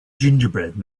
gingerbread